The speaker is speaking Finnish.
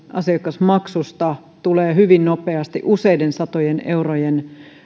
asiakasmaksusta tulee hyvin nopeasti useiden satojen eurojen